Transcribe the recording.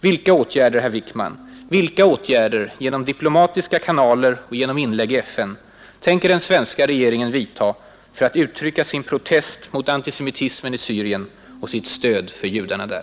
Vilka åtgärder, herr Wickman, genom diplomatiska kanaler och genom inlägg i FN, tänker den svenska regeringen vidta för att uttrycka sin protest mot antisemitismen i Syrien och sitt stöd för judarna där?